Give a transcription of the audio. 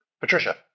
Patricia